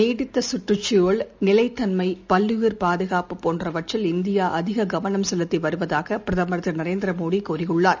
நீடித்த கற்றுக்குழல் நிலைத்தன்மை பல்லுயிர் பாதுகாப்பு போன்றவற்றில் இந்தியா அதிக கவனம் செலுத்தி வருவதாக பிரதமர் திரு நரேந்திர மோடி கூறியுள்ளார்